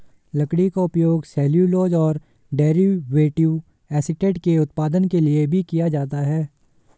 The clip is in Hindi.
लकड़ी का उपयोग सेल्यूलोज और डेरिवेटिव एसीटेट के उत्पादन के लिए भी किया जाता है